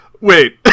Wait